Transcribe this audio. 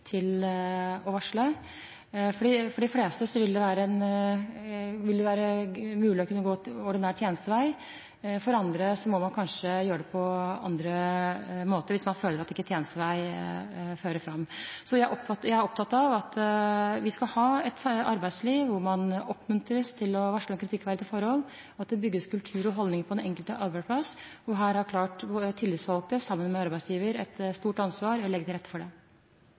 til å varsle. For de fleste vil det være mulig å kunne gå ordinær tjenestevei. Andre må kanskje gjøre det på andre måter – hvis man føler at tjenestevei ikke fører fram. Jeg er opptatt av at vi skal ha et arbeidsliv hvor man oppmuntres til å varsle om kritikkverdige forhold, og at det bygges kultur og holdning på den enkelte arbeidsplass. Det er klart at tillitsvalgte sammen med arbeidsgiver har et stort ansvar for å legge til rette for det.